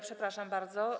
Przepraszam bardzo.